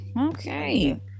Okay